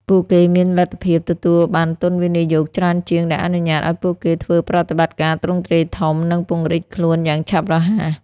ពួកគេមានលទ្ធភាពទទួលបានទុនវិនិយោគច្រើនជាង ដែលអនុញ្ញាតឲ្យពួកគេធ្វើប្រតិបត្តិការទ្រង់ទ្រាយធំ និងពង្រីកខ្លួនយ៉ាងឆាប់រហ័ស។